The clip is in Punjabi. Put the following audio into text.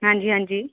ਹਾਂਜੀ ਹਾਂਜੀ